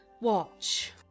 Watch